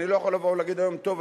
אני לא יכול לבוא ולהגיד היום: טוב,